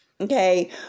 okay